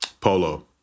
Polo